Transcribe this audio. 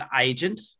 agent